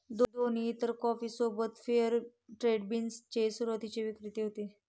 दोन्ही इतर कॉफी सोबत फेअर ट्रेड बीन्स चे सुरुवातीचे विक्रेते होते